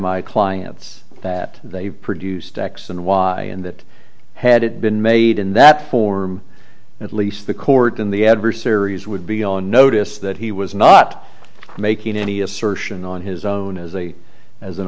my clients that they produced x and y and that had it been made in that form at least the court in the adversary's would be on notice that he was not making any assertion on his own as a as an